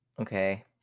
Okay